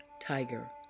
tiger